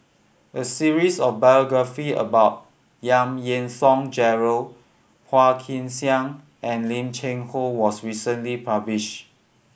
a series of biography about Yang Yean Song Gerald Phua Kin Siang and Lim Cheng Hoe was recently published